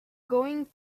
going